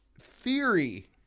Theory